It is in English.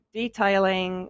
detailing